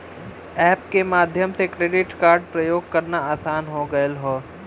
app के माध्यम से क्रेडिट कार्ड प्रयोग करना आसान हो गयल हौ